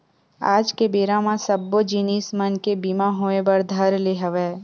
आज के बेरा म सब्बो जिनिस मन के बीमा होय बर धर ले हवय